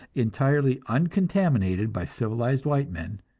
entirely uncontaminated by civilized white men,